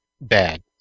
bad